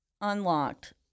unlocked